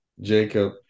Jacob